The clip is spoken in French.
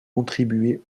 contribuer